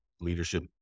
leadership